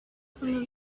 some